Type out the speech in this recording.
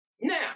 Now